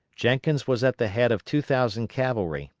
jenkins was at the head of two thousand cavalry,